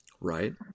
Right